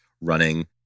running